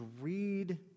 read